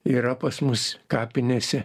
yra pas mus kapinėse